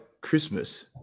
Christmas